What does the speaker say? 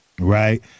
Right